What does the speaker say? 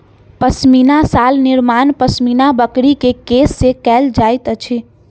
पश्मीना शाल निर्माण पश्मीना बकरी के केश से कयल जाइत अछि